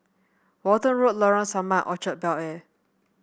Walton Road Lorong Samak Orchard Bel Air